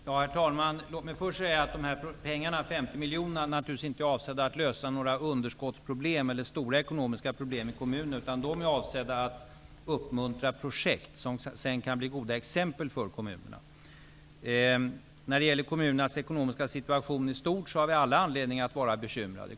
Herr talman! Dessa pengar, de 50 miljonerna, är naturligtvis inte avsedda att lösa några underskottsproblem eller stora ekonomiska problem i kommunerna. De är avsedda att uppmuntra projekt som sedan kan bli goda exempel för kommunerna. När det gäller kommunernas ekonomiska situation i stort har vi all anledning att vara bekymrade.